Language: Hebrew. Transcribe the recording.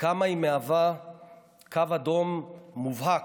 וכמה היא מהווה קו אדום מובהק,